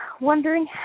wondering